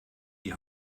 die